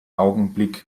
augenblick